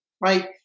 right